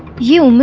you.